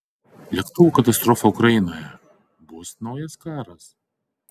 lėktuvo katastrofa ukrainoje bus naujas karas